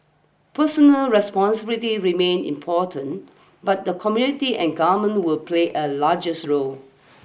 personal responsibility remain important but the community and government will play a largest role